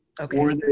Okay